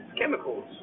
chemicals